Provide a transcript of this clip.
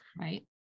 Right